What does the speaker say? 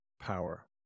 power